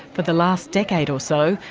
for the last decade or so,